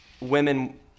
women